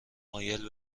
مایل